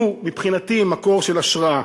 שהוא, מבחינתי, מקור של השראה: